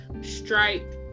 stripe